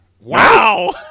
Wow